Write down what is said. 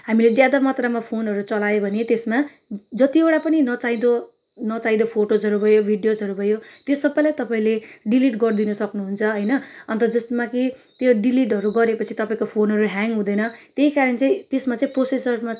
हामीले ज्यादा मात्रमा फोनहरू चलायो भने त्यसमा जतिवटा पनि नचाहिँदो नचाहिँदो फोटोजहरू भयो भिडियोजहरू भयो त्यो सबैलाई तपाईँले डिलिट गरिदिनु सक्नुहुन्छ होइन अन्त जसमा कि त्यो डिलिटहरू गरेपछि तपाईँको फोनहरू ह्याङ हुँदैन त्यही कारण चाहिँ त्यसमा चाहिँ प्रोसेसर